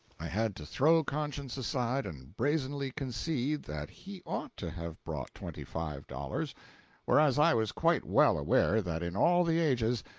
i had to throw conscience aside, and brazenly concede that he ought to have brought twenty-five dollars whereas i was quite well aware that in all the ages,